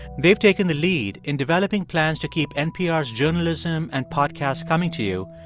they've taken the lead in developing plans to keep npr's journalism and podcasts coming to you,